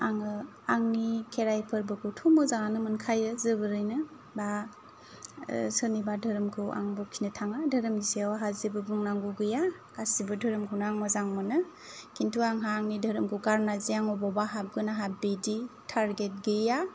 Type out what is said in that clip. आङो आंनि खेराइ फोरबोखौथ' मोजाङानो मोनखायो जोबोरैनो बा सोरनिबा धोरोमखौ आं बखिनो थाङा धोरोमनि सायाव आंहा जेबो बुंनांगौ गैया गासिबो धोरोमखौनो आं मोजां मोनो किन्तु आंहा आंनि धोरोमखौ गारना जे अबावबा हाबगोन आंहा बिदि टारगेट गैया